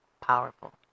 powerful